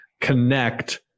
connect